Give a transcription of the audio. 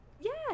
yes